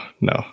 no